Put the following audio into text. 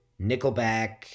Nickelback